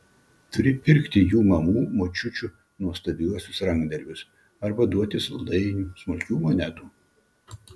turi pirkti jų mamų močiučių nuostabiuosius rankdarbius arba duoti saldainių smulkių monetų